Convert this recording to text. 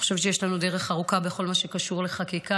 אני חושבת שיש לנו דרך ארוכה בכל מה שקשור בחקיקה,